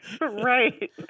right